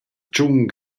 tschun